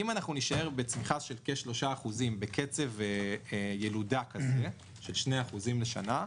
אם אנחנו נישאר בצמיחה של כ-3% בקצב ילודה של 2% אחוזים לשנה,